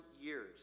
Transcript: years